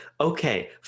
okay